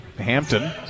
Hampton